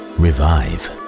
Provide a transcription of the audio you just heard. revive